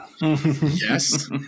Yes